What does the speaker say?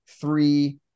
three –